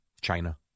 China